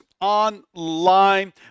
online